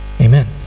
amen